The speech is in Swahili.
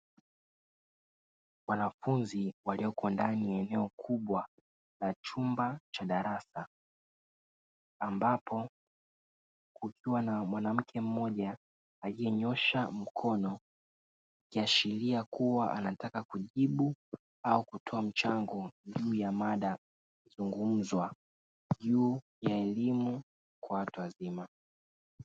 Wanafunzi walioko ndani ya eneo kubwa la chumba cha darasa, ambapo kukiwa na mwanamke mmoja alie nyoosha mkono, akiashilia kuwa anataka kujibu au kutoa mchango kwaajili ya mada zungumzwa juu ya elimu kwa watu wazima.